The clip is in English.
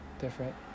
different